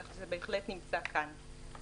כך שזה בהחלט נמצא כאן.